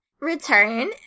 return